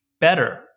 better